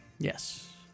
Yes